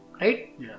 Right